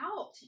out